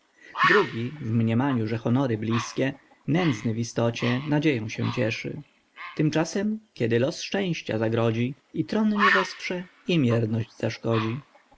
drugi w mniemaniu że honory bliskie nędzny w istocie nadzieją się cieszy tymczasem kiedy los szczęścia zagrodzi i tron nie wesprze i mierność zaszkodzi